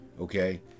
Okay